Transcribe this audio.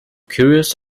curious